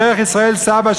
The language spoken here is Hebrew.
בדרך ישראל סבא,